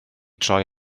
troi